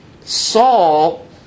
Saul